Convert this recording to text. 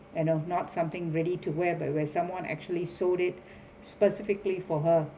you know not something ready to wear by where someone actually sold it specifically for her